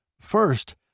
first